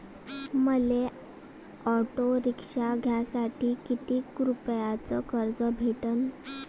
मले auto rickshaw घ्यासाठी कितीक रुपयाच कर्ज भेटनं?